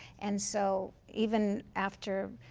and so even after